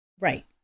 Right